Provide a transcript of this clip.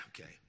Okay